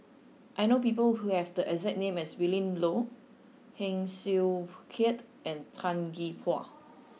I know people who have the exact name as Willin Low Heng Swee Keat and Tan Gee Paw